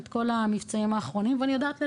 את כל המבצעים האחרונים ואני יודעת לזהות.